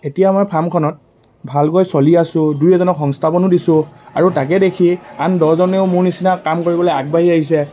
এতিয়া মই ফাৰ্মখনত ভালকৈ চলি আছোঁ দুই এজনক সংস্থাপনো দিছোঁ আৰু তাকে দেখি আন দহজনেও মোৰ নিচিনা কাম কৰিবলৈ আগবাঢ়ি আহিছে